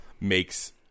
makes